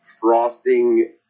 frosting